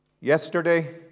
yesterday